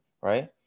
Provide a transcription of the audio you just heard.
right